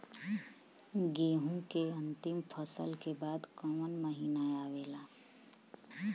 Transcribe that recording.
गेहूँ के अंतिम फसल के बाद कवन महीना आवेला?